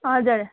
हजुर